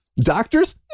doctors